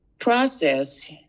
process